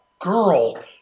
girl